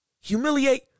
humiliate